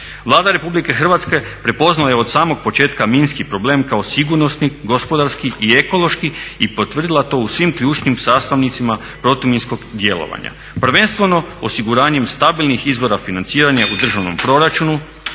Vlada Republike Hrvatske prepoznala je od samog početka minski problem kao sigurnosni, gospodarski i ekološki i potvrdila to u svim ključnim sastavnicima protuminskog djelovanja prvenstveno osiguranjem stabilnih izvora financiranja u državnom proračunu,